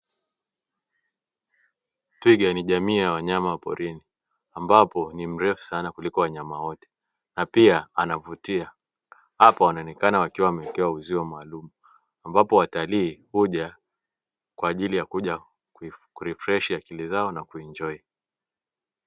Twiga ni jamii ya wanyama porini ambapo ni mrefu sana kuliko wanyama wote na pia anavutia, hapa wanaonekana wakiwa kwenye uzio maalumu ambapo watalii huja kwa ajili ya kuja kurekebisha akili zao na kufurahi.